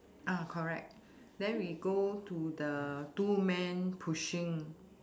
uh correct then we go to the two men pushing